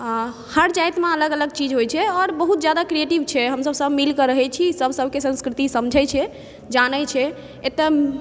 हर जातिमे अलग अलग चीज होइ छै आओर बहुत जादा क्रिएटिव छै हमसब मिलकेँ रहै छी सब सबकेँ संस्कृति समझै छै जानै छै एतऽ